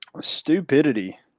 stupidity